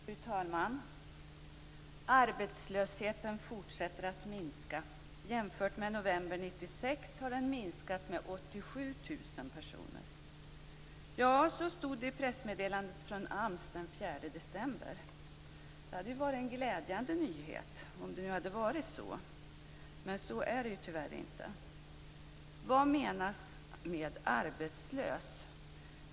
Fru talman! Arbetslösheten fortsätter att minska. Jämfört med november 1996 har den minskat med Så stod det i pressmeddelandet från AMS den 4 december. Det hade varit en glädjande nyhet om det nu hade varit så, men så är det tyvärr inte. Vad menas med arbetslös?